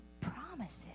promises